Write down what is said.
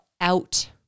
out